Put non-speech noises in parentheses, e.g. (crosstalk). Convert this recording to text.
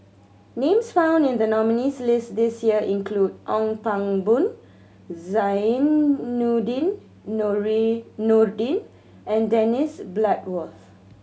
names found in the nominees' list this year include Ong Pang Boon Zainudin (unintelligible) Nordin and Dennis Bloodworth